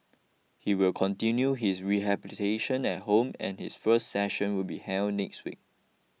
he will continue his rehabilitation at home and his first session will be held next week